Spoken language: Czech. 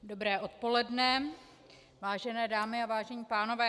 Dobré odpoledne, vážené dámy a vážení pánové.